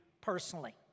personally